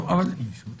שאלתי את היועצת